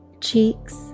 cheeks